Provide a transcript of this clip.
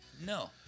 No